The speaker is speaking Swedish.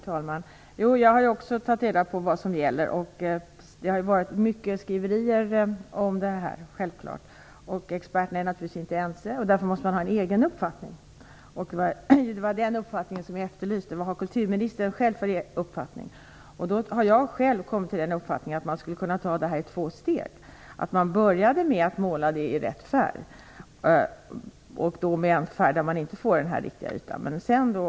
Herr talman! Jag har också tagit reda på vad som gäller. Det har varit mycket skriverier om detta. Experterna är naturligtvis inte ense. Därför måste man ha en egen uppfattning. Det var den uppfattningen jag efterlyste. Vilken uppfattning har kulturministern själv? Jag har själv kommit till den uppfattningen att man skulle kunna ta det i två steg. Man skulle kunna börja med att måla i rätt färg, men med en färg som inte ger den riktiga ytan.